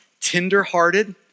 tender-hearted